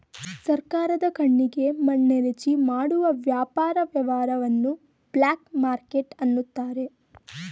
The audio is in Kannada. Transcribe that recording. ಸರ್ಕಾರದ ಕಣ್ಣಿಗೆ ಮಣ್ಣೆರಚಿ ಮಾಡುವ ವ್ಯಾಪಾರ ವ್ಯವಹಾರವನ್ನು ಬ್ಲಾಕ್ ಮಾರ್ಕೆಟ್ ಅನ್ನುತಾರೆ